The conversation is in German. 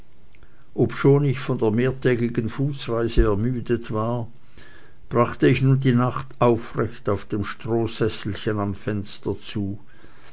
obschon ich von der mehrtägigen fußreise ermüdet war brachte ich nun die nacht aufrecht auf dem strohsesselchen am fenster zu